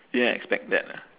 didn't expect that ah